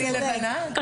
מה, אני לבנה?